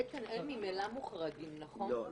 איתן, הם ממילא מוחרגים, לא?